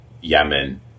yemen